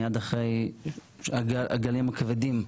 מיד אחרי הגלים הכבדים.